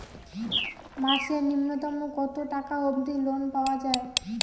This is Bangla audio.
মাসে নূন্যতম কতো টাকা অব্দি লোন পাওয়া যায়?